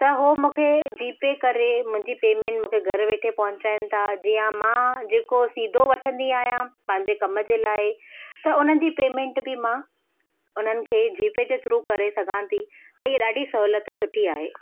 त उहो मूंखे जीपे करे मुंहिंजी पेमेंट मूंखे घरु वेठे पहुचाइणु था जीअं मां जेको सीधो वठंदी आहियां पंहिंजे कम जे लाइ त उनजी पेमेंट मां हुननि खे जीपे करे सघां थी त इहा ॾाढी सहूलियत सुठी आहे